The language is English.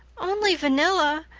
only vanilla.